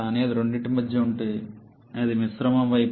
కానీ అది రెండింటి మధ్య ఉంటే అది మిశ్రమం వైపు ఉంటుంది